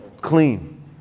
Clean